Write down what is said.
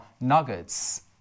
nuggets